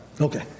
Okay